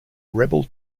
rebel